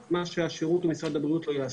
למה שהשירות או משרד הבריאות לא יעשו,